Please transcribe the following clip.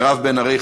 מירב בן ארי.